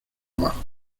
abajo